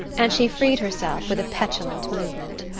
and she freed herself with a petulant movement.